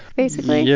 basically? yeah.